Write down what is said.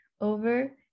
over